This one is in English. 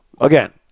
again